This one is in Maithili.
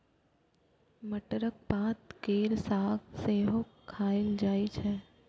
मटरक पात केर साग सेहो खाएल जाइ छै